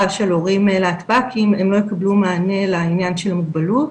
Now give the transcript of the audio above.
של הורים להטב"קים - הם לא יקבלו מענה לעניין של המוגבלות,